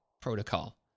Protocol